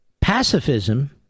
Pacifism